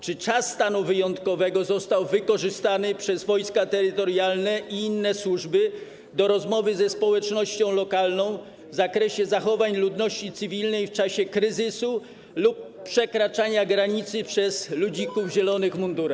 Czy czas stanu wyjątkowego został wykorzystany przez wojska terytorialne i inne służby do rozmowy ze społecznością lokalną w zakresie zachowań ludności cywilnej w czasie kryzysu lub przekraczania granicy przez ludzików w zielonych mundurach?